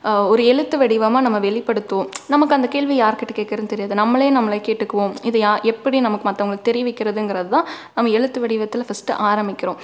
ஒரு எழுத்து வடிவமாக நம்ம வெளிப்படுத்துவோம் நமக்கு அந்த கேள்வி யாருக்கிட்ட கேட்கறதுன் தெரியாது நம்மளே நம்மளை கேட்டுக்குவோம் இது யா எப்படி நமக் மத்தவங்களுக் தெரிய வைக்கிறதுங்கிறது தான் நம்ம எழுத்து வடிவத்தில் ஃபஸ்ட் ஆரமிக்கிறோம்